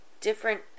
different